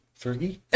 fergie